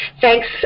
Thanks